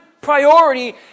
priority